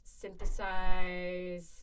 synthesize